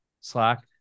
Slack